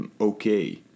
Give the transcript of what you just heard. okay